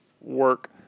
work